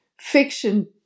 fiction